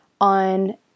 on